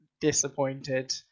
disappointed